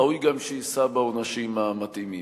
ראוי גם שיישא בעונשים המתאימים.